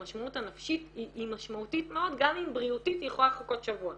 המשמעות הנפשית היא משמעותית מאוד גם אם בריאותית היא יכולה לחכות שבוע.